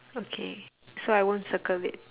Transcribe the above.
okay so I won't circle it